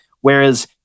Whereas